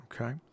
Okay